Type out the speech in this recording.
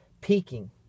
peaking